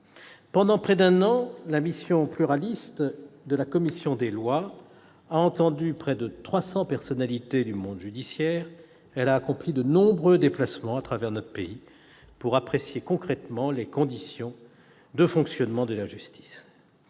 Pendant près d'un an, la mission pluraliste de la commission des lois a entendu au Sénat non loin de 300 personnalités du monde judiciaire et a accompli de nombreux déplacements à travers notre pays pour apprécier concrètement les conditions de fonctionnement de la justice.